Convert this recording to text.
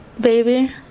Baby